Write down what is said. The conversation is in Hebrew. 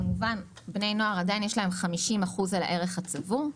כמובן לבני נוער יש עדיין 50% על הערך הצבור.